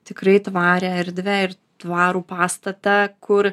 tikrai tvarią erdvę ir tvarų pastatą kur